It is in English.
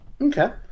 Okay